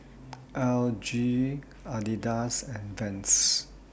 L G Adidas and Vans